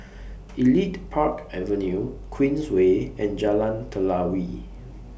Elite Park Avenue Queensway and Jalan Telawi